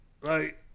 Right